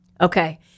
Okay